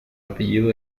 apellido